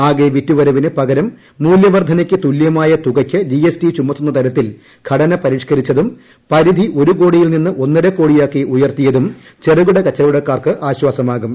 ആകെ പ്പ്പിറ്റുവരവിന് പകരം മൂല്യവർദ്ധനയ്ക്ക് തുല്യമായ തുക്യ്ക്ക് ജിഎസ്ടി ചുമത്തുന്നതരത്തിൽ ഘടന പ്രിഷ്ക്കരിച്ചതും പരിധി ഒരുകോടിയിൽ നിന്ന് ഒന്നര്കോടിയാക്കി ഉയർത്തിയതും ചെറുകിട കച്ചവടക്കാർക്ക് ആശ്വാസമാകും